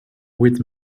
with